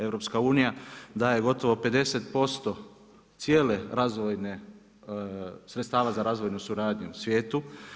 EU daje gotovo 50% cijele razvojne, sredstava za razvojnu suradnju svijetu.